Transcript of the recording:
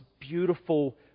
beautiful